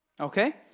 okay